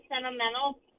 sentimental